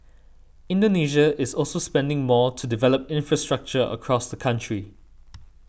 Indonesia is also spending more to develop infrastructure across the country